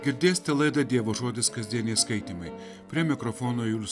girdėsite laidą dievo žodis kasdieniai skaitymai prie mikrofono julius